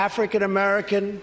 African-American